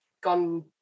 gone